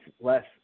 less